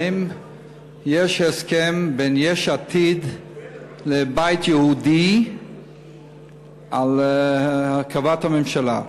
האם יש הסכם בין יש עתיד לבית היהודי על הרכבת הממשלה?